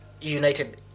United